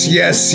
yes